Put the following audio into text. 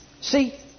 See